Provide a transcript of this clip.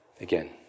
again